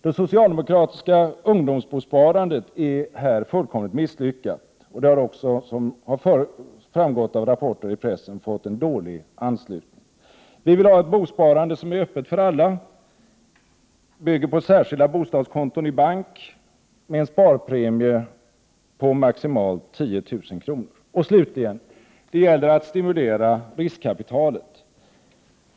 Det socialdemokratiska ungdomsbosparandet är fullkomligt misslyckat, och det har också, som framgått av rapporter i pressen, fått en dålig anslutning. Vi vill ha ett bosparande som är öppet för alla, som bygger på särskilda bostadskonton i bank med en sparpremie på maximalt 10 000 kr. Slutligen gäller det att stimulera riskkapitalet.